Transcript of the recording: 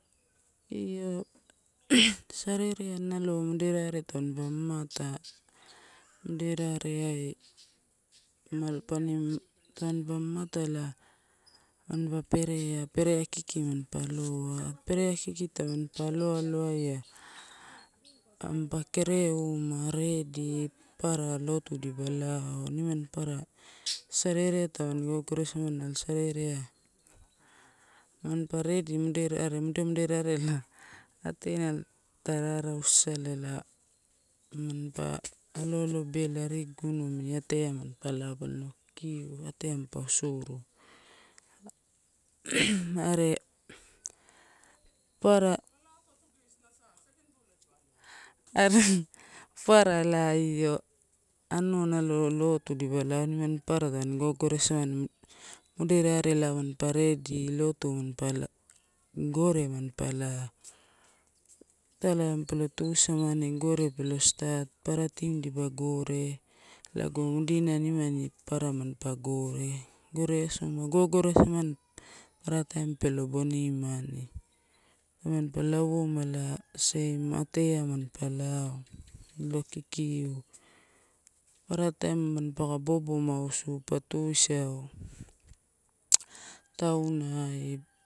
Io sarereai nalo moderarea tampa mamata, moderaeai tampa mamata ela mampa perea, perea kiki manpa aloa, perea kiki tampa aloaloaia, ampa kerema redi, papara lotu elipa lao, nimani papara sarereai tamani gogore gamani nalo sarereai, manpa redi mode moderare ela atea ta rarausu isala ela manpa alo alobela arigu gunu amini atea manpa lo kikiu, ate manpa usuru. Are papara are papara ela io anua nalo lotu elipa lao, nimani papara tamani gogoresamani, moderare mapa redi lotu manpa, gore manpa lao, itaiai mampa lo tuisamani gore pelo start, papara team elipa gore lago mudina nimani papara manpa gore, gore asoma. Gogoresamani papara taim pelo boni mani, tamani pa lawouma ela same atea manpa lao, palo kikiu, papara taim mampaka bobo mausu pa tuisau, taunai.